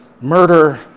murder